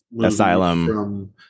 asylum